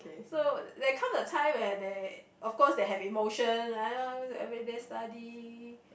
so there come a time where there of course they have emotion everyday study